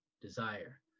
desire